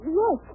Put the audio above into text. yes